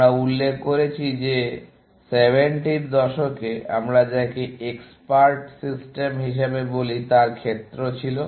আমরা উল্লেখ করেছি যে 70 এর দশকে আমরা যাকে এক্সপার্ট সিস্টেম হিসাবে বলি তার ক্ষেত্র ছিল